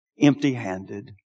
empty-handed